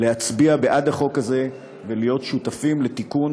להצביע בעד החוק הזה ולהיות שותפים לתיקון